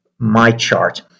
MyChart